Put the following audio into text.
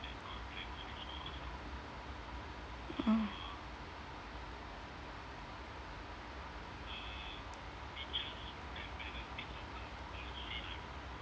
mm